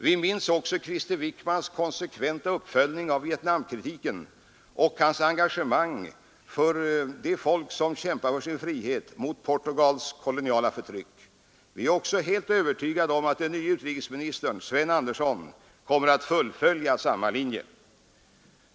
Vi minns också Krister Wickmans konsekventa uppföljning av Vietnamkritiken och hans engagemang för de folk som kämpar för sin frihet mot Portugals koloniala förtryck. Vi är också helt övertygade om att den nye utrikesministern, Sven Andersson, kommer att fullfölja samma linje.